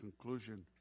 conclusion